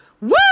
Woo